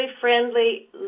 friendly